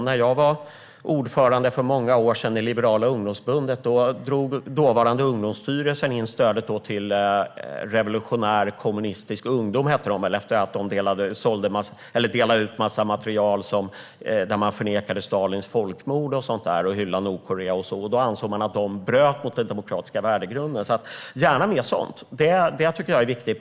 När jag för många år sedan var ordförande i Liberala ungdomsförbundet drog dåvarande Ungdomsstyrelsen in stödet till Revolutionär Kommunistisk Ungdom efter att de delat ut material där de förnekade Stalins folkmord och hyllade Nordkorea. Då ansåg man att de bröt mot den demokratiska värdegrunden. Gärna mer sådant! Det tycker jag är viktigt.